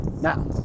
Now